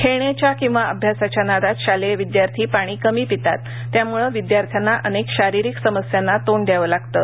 खेळण्याच्या किंवा अभ्यासाच्या नादात शालेय विद्यार्थी पाणी कमी पितात त्यामुळं विद्यार्थ्यांनाअनेक शारीरिक समस्यांना तोंड द्यावं लागतं